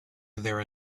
there